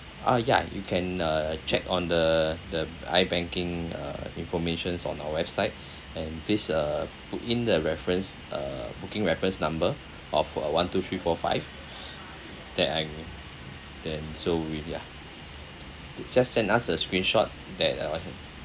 ah ya you can uh check on the the i banking uh information on our website and please uh put in the reference uh booking reference number of uh one two three four five that and then so with ya just send us the screenshot that uh